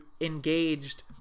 engaged